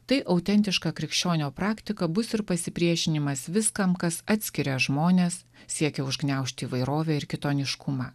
tai autentiška krikščionio praktika bus ir pasipriešinimas viskam kas atskiria žmones siekia užgniaužti įvairovę ir kitoniškumą